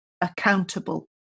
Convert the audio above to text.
accountable